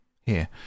Here